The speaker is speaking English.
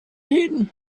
hidden